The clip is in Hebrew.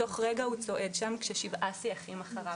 תוך רגע הוא צועד שם כששבעה סייחים אחריו.